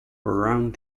around